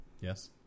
Yes